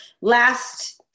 last